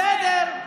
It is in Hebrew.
בסדר.